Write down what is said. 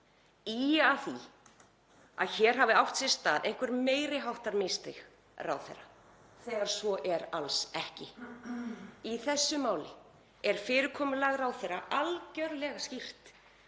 að því að hér hafi átt sér stað einhver meiri háttar misstig ráðherra þegar svo er alls ekki. Í þessu máli er fyrirkomulag ráðherra algerlega skýrt.